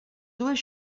dues